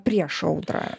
prieš audrą